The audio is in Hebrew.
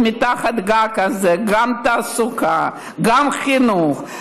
מתחת לגג הזה יש גם תעסוקה, גם חינוך,